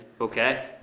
Okay